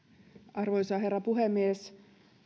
arvoisa herra puhemies